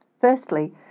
Firstly